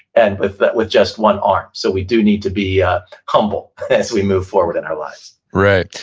and with but with just one arm, so we do need to be ah humble, as we move forward in our lives right.